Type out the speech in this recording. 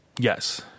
yes